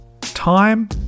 time